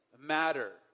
matter